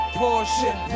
portion